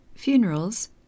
Funerals